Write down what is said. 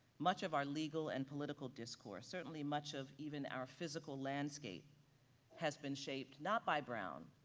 much of our legal and political discourse, certainly much of even our physical landscape has been shaped not by brown,